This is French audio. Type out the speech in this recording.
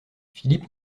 philippe